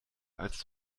als